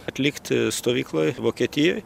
atlikti stovykloj vokietijoj